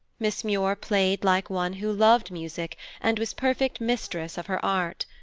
miss muir played like one who loved music and was perfect mistress of her art.